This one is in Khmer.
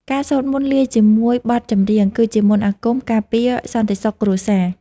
ការសូត្រមន្តលាយជាមួយបទចម្រៀង គឺជាមន្តអាគមការពារសន្តិសុខគ្រួសារ។